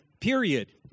period